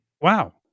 Wow